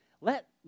let